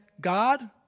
God